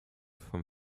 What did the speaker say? vom